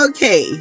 Okay